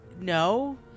No